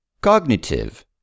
Cognitive